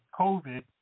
COVID